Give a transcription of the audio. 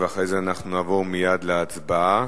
ואחרי זה נעבור מייד להצבעה.